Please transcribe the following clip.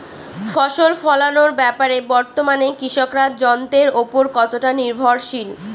ফসল ফলানোর ব্যাপারে বর্তমানে কৃষকরা যন্ত্রের উপর কতটা নির্ভরশীল?